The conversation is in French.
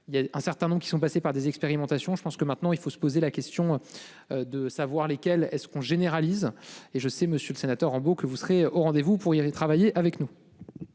il y a un certain qui sont passés par des expérimentations. Je pense que maintenant il faut se poser la question. De savoir lesquels. Est-ce qu'on généralise. Et je sais, Monsieur le Sénateur Rambo que vous serez au rendez-vous pour y aller travailler avec nous.